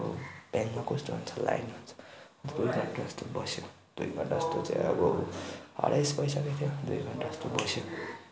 अब ब्याङ्कमा कस्तो हुन्छ लाइन हुन्छ दुई घन्टा जस्तो बस्यो दुई घन्टा जस्तै चाहिँ अब हरेस भइसकेको थियो दुई घन्टा जस्तो बस्यो